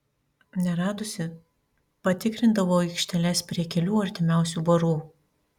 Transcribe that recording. neradusi patikrindavau aikšteles prie kelių artimiausių barų